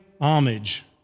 homage